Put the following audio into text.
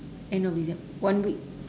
end of decem~ one week